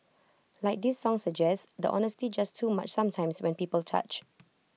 like this song suggests the honesty's just too much sometimes when people touch